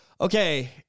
Okay